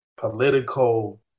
political